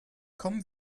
komm